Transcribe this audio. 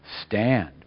stand